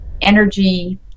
energy